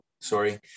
sorry